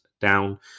down